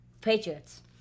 Patriots